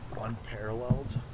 unparalleled